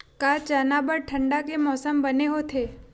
का चना बर ठंडा के मौसम बने होथे?